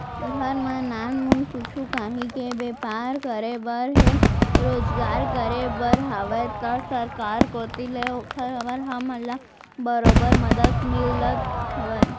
घर म नानमुन कुछु काहीं के बैपार करे बर हे रोजगार करे बर हावय त सरकार कोती ले ओकर बर हमन ल बरोबर मदद मिलत हवय